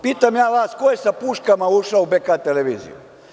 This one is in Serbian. Pitam ja vas ko je sa puškama u ušao u BK televiziju?